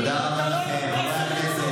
תודה רבה, חברי הכנסת.